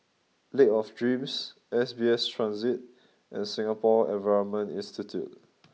Lake of Dreams S B S Transit and Singapore Environment Institute